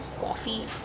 coffee